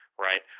right